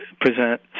present